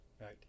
Right